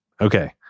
Okay